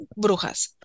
brujas